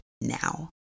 now